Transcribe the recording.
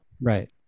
Right